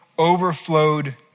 overflowed